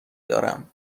دارم